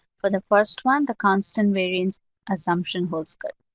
for the first one, the constant variance assumption holds good.